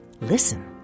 Listen